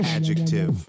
Adjective